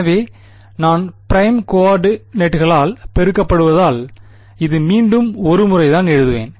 எனவே நான் பிரைம் கோஆர்டினேட்டுகளால் பெருக்கப்படுவதால் இது மீண்டும் ஒரு முறைதான் எழுதுவேன்